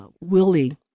Willie